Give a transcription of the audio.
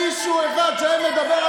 אם היה מישהו אחד שהיה מדובר על